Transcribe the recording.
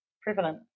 prevalent